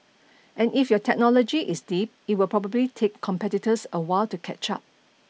and if your technology is deep it will probably take competitors a while to catch up